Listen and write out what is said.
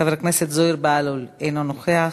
חבר הכנסת זוהיר בהלול, אינו נוכח,